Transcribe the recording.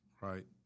right